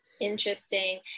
Interesting